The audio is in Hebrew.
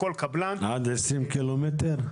עד 20 קילומטר?